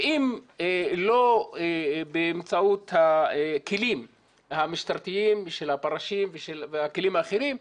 ואם לא באמצעות הכלים המשטרתיים של הפרשים והכלים האחרים,